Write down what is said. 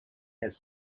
has